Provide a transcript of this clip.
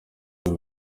urwo